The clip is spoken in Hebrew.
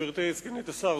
גברתי סגנית השר,